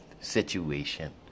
situation